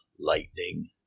Lightning